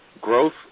growth